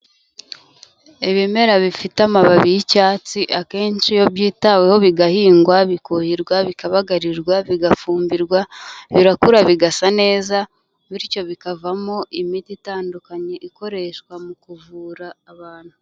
Ibimera bifite amababi y'icyatsi akenshi iyo byitaweho bigahingwa, bikuhirwa, bikagarirwa, bigafumbirwa birakura bigasa neza bityo bikavamo imiti itandukanye ikoreshwa mu kuvura abantu.